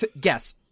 Guess